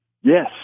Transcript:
Yes